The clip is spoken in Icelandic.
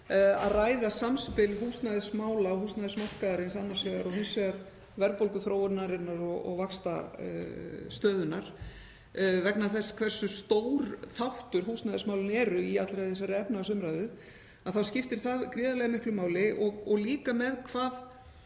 að ræða samspil húsnæðismála og húsnæðismarkaðarins annars vegar og hins vegar verðbólguþróunarinnar og vaxtastöðunnar. Vegna þess hversu stór þáttur húsnæðismálin eru í allri þessari efnahagsumræðu skipta þau gríðarlega miklu máli, og líka með